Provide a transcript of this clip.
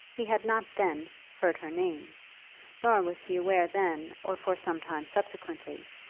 he had not then heard her name nor was he aware then, or for some time subsequently,